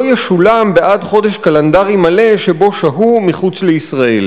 ישולם בעד חודש קלנדרי מלא שבו שהו מחוץ לישראל,